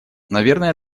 наверное